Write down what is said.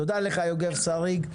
תודה לך יוגב סריג.